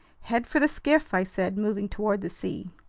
head for the skiff! i said, moving toward the sea.